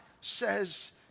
says